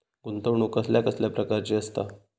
गुंतवणूक कसल्या कसल्या प्रकाराची असता?